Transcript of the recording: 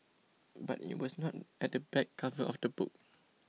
but it was not at the back cover of the book